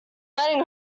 letting